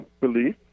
belief